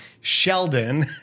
Sheldon